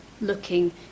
looking